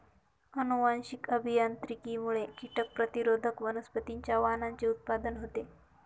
अनुवांशिक अभियांत्रिकीमुळे कीटक प्रतिरोधक वनस्पतींच्या वाणांचे उत्पादन होते